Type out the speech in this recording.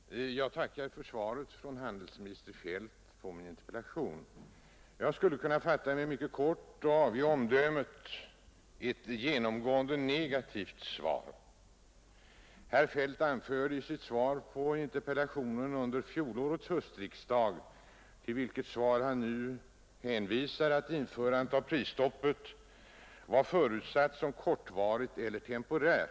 Herr talman! Jag tackar för svaret från handelsminister Feldt på min interpellation. Jag skulle kunna fatta mig mycket kort och avge omdömet: ett genomgående negativt svar. Herr Feldt anförde i sitt svar på min interpellation i denna fråga under fjolårets höstsession, till vilket svar han nu hänvisar, att när prisstoppet infördes ”förutsattes att denna åtgärd endast skulle vara temporär”.